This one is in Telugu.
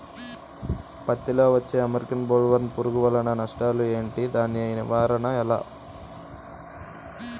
పత్తి లో వచ్చే అమెరికన్ బోల్వర్మ్ పురుగు వల్ల నష్టాలు ఏంటి? దాని నివారణ ఎలా?